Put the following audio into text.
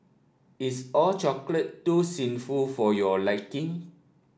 is All Chocolate too sinful for your liking